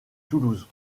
toulouse